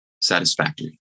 satisfactory